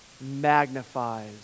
magnifies